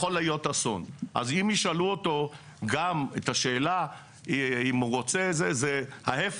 אני חשבתי בדעת מיעוט שגם לפי המצב הקיים אפשר לתת את זה להורים.